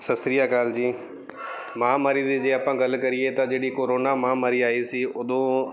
ਸਤਿ ਸ਼੍ਰੀ ਅਕਾਲ ਜੀ ਮਹਾਂਮਾਰੀ ਦੀ ਜੇ ਆਪਾਂ ਗੱਲ ਕਰੀਏ ਤਾਂ ਜਿਹੜੀ ਕਰੋਨਾ ਮਹਾਂਮਾਰੀ ਆਈ ਸੀ ਉਦੋਂ